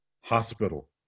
hospital